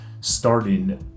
starting